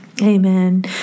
Amen